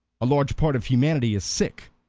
a large part of humanity is sick,